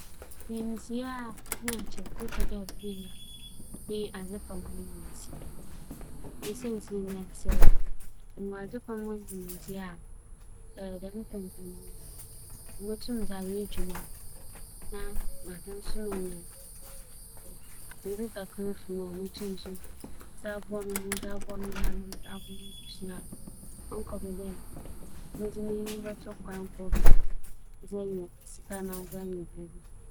Adze a minyim yɛ a nkyɛ ͻbɛyɛ me dɛw papaapa nye tsiryɛ. Siantsir nye dɛ, ndɛ da yi, tsiryɛ ama nkorͻfo pii enya sika na sɛ mutum meyɛ m'ankasa moho a, nkyɛ mebesie sika pii na maayɛ bi so ama afofor so na menya sika. Sɛ ekeka toto mu a, ntaa ma afe no nkͻ ewiei no, nna sika a asɛɛ no wͻ tsiryɛ ho no nnyɛ adze a ͻda famu ntsi nkyɛ minyim yɛ a ͻbɛyɛ me dɛw.